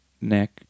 neck